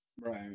Right